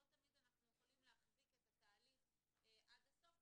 לא תמיד אנחנו יכולים להחזיק את התהליך עד הסוף,